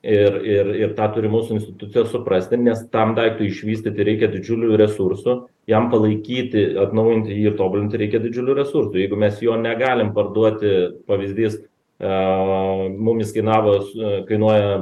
ir ir ir tą turi mūsų institucijos suprasti nes tam daiktui išvystyti reikia didžiulių resursų jam palaikyti atnaujinti jį ir tobulinti reikia didžiulių resursų jeigu mes jo negalim parduoti pavyzdys a mum jis kainavo su kainuoja